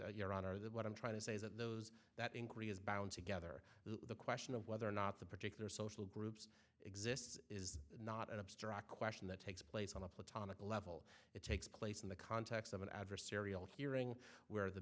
your honor that what i'm trying to say is that those that inquiry is bound together the question of whether or not the particular social groups exists is not an abstract question that takes place on a platonic level it takes place in the context of an adversarial hearing where the